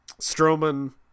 Strowman